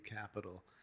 capital